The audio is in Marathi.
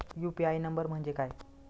यु.पी.आय नंबर म्हणजे काय?